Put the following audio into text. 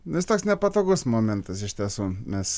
jis toks nepatogus momentas iš tiesų mes